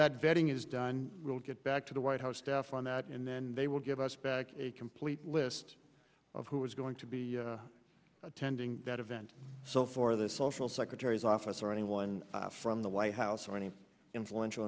that vetting is done we'll get back to the white house staff on that and then they will give us back a complete list of who was going to be attending that event so for the social secretary's office or anyone from the white house or any influential